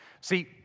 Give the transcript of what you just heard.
See